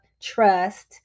trust